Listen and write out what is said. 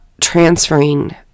transferring